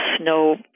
no